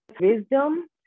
wisdom